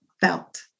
felt